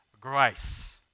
grace